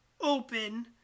open